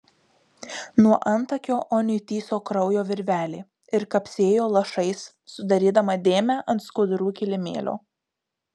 nuo antakio oniui tįso kraujo virvelė ir kapsėjo lašais sudarydama dėmę ant skudurų kilimėlio